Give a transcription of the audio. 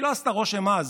היא לא עשתה רושם עז.